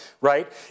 right